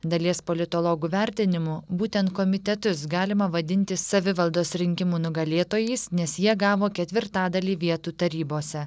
dalies politologų vertinimu būtent komitetus galima vadinti savivaldos rinkimų nugalėtojais nes jie gavo ketvirtadalį vietų tarybose